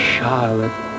Charlotte